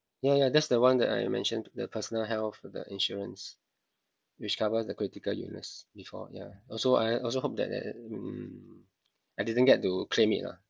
yeah yeah that's the one that I mentioned the personal health the insurance which covers the critical illness before ya also I also hope that mm I didn't get to claim it lah